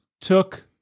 took